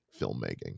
filmmaking